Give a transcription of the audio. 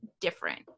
different